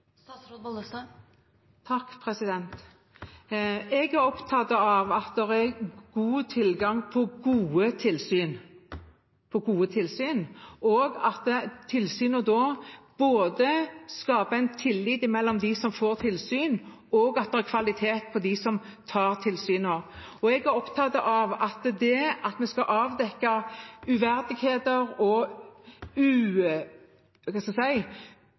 Jeg er opptatt av at det er god tilgang på gode tilsyn, at tilsynene skaper tillit mellom tilsynet og dem som får tilsyn, og at det er kvalitet på dem som tar tilsynene. Jeg er opptatt av at vi skal avdekke uverdige forhold og